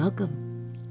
Welcome